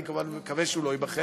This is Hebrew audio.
אני כמובן מקווה שהוא לא ייבחר,